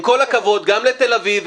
עם כל הכבוד גם לתל אביב,